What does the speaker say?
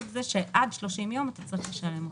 זה אומר שתוך 30 ימים אתה צריך לשלם אותו.